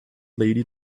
lady